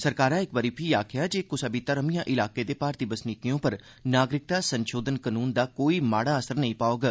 सरकारै इक बारी फ्ही आखेआ ऐ जे कुसा बी धर्म यां इलाके दे भारती बसनीकें उप्पर नागरिकता संशोधन कानून दा माड़ा असर नेई पौग